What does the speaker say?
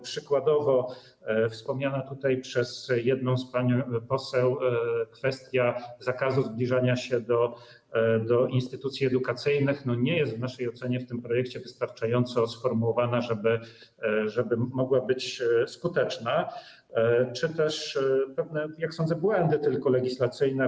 Przykładowo wspomniana tutaj przez jedną z pań poseł kwestia zakazu zbliżania się do instytucji edukacyjnych nie jest w naszej ocenie w tym projekcie wystarczająco dobrze sformułowana, żeby mogła być skuteczna, czy też są pewne, jak sądzę, błędy legislacyjne.